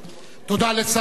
תודה לשר הביטחון.